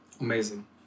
Amazing